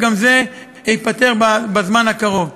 וגם זה ייפתר בזמן הקרוב.